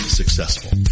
successful